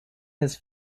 his